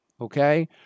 okay